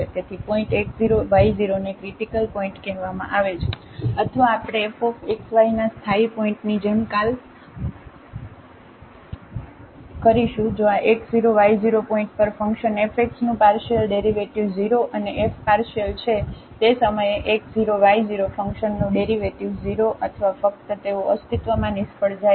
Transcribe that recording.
તેથી point x0 y0 ને critical point કહેવામાં આવે છે અથવા આપણે f x y ના સ્થાયી પોઇન્ટની જેમ કlલ કરીશું જો આ x0 y0 પોઇન્ટ પર ફંકશન fx નું પાર્શિયલડેરિવેટિવ્ઝ 0 અને f પાર્શિયલ છે તે સમયે x0 y0 ફંક્શનનુંડેરિવેટિવ્ઝ 0 અથવા ફક્ત તેઓ અસ્તિત્વમાં નિષ્ફળ જાય છે